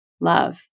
love